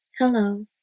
Hello